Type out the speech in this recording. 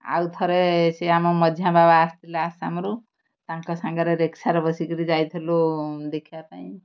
ଆଉ ଥରେ ସେ ଆମ ମଝିଆ ବାବା ଆସିଥିଲା ଆସାମରୁ ତାଙ୍କ ସାଙ୍ଗରେ ରିକ୍ସାର ବସିକିରି ଯାଇଥିଲୁ ଦେଖିବା ପାଇଁ